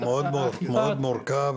האדמות שאנחנו ירשנו אותם מאבותינו,